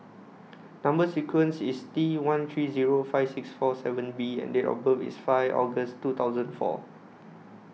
Number sequence IS T one three Zero five six four seven B and Date of birth IS five August two thousand and four